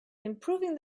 improving